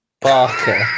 Barker